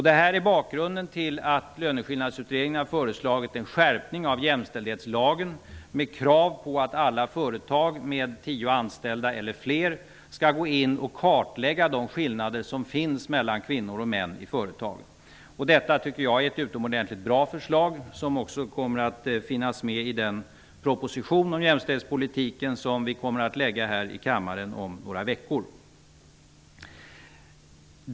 Det här är en bakgrund till att Löneskillnadsutredningen har föreslagit en skärpning av jämställdhetslagen med krav på att alla företag med tio eller fler anställda skall kartlägga de skillnader som finns mellan kvinnor och män i företagen. Jag tycker att det är ett utomordentligt bra förslag, som också kommer att finnas med i den proposition om jämställdhetspolitiken som vi kommer att lägga fram för kammaren om några veckor.